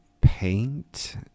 paint